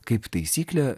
kaip taisyklė